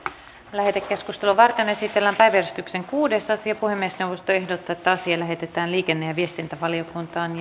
lähetekeskustelua varten esitellään päiväjärjestyksen kuudes asia puhemiesneuvosto ehdottaa että asia lähetetään liikenne ja viestintävaliokuntaan